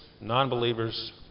non-believers